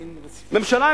ממשלה,